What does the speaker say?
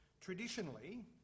Traditionally